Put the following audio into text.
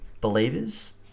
believers